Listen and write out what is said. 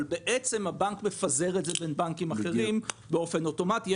אבל בעצם הבנק מפזר את זה בין בנקים אחרים באופן אוטומטי.